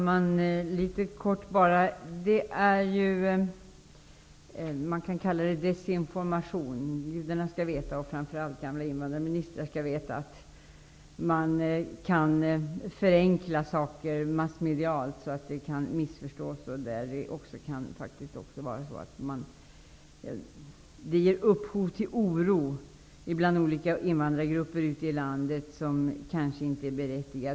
Herr talman! Man kan kalla detta desinformation. Gudarna skall veta, och framför allt gamla invandrarministrar skall veta, att man kan förenkla saker i massmedier så att de kan missförstås. Det kan också ge upphov till oro bland olika invandrargrupper ute i landet som kanske inte är berättigad.